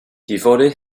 devoted